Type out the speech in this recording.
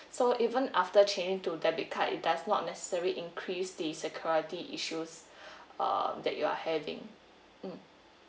so even after changing to debit card it does not necessary increase the security issues uh that you're having mm